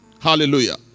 Hallelujah